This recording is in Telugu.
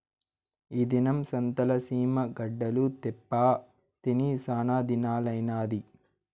ఈ దినం సంతల సీమ గడ్డలు తేప్పా తిని సానాదినాలైనాది